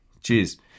Cheers